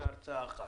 זו הרצאה אחת.